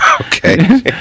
okay